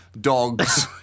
dogs